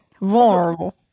vulnerable